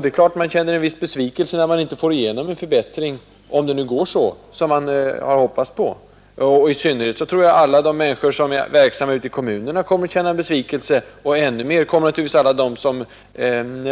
Det är klart att man känner en viss besvikelse om man inte får igenom en förbättring man hade hoppats på. I synnerhet tror jag alla de människor som är verksamma ute i kommunerna måste känna besvikelse, och ännu mer kommer naturligtvis alla de som